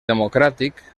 democràtic